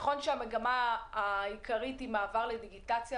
נכון שהמגמה העיקרית היא מעבר לדיגיטציה,